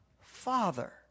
Father